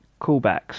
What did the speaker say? callbacks